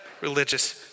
religious